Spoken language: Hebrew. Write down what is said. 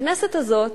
הכנסת הזאת,